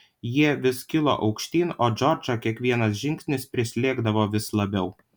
jie vis kilo aukštyn o džordžą kiekvienas žingsnis prislėgdavo vis labiau